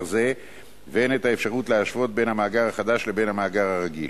זה והן את האפשרות להשוות בין המאגר החדש לבין המאגר הרגיל: